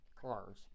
cars